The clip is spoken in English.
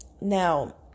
Now